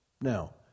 Now